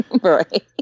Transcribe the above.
Right